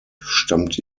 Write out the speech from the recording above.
stammt